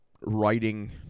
writing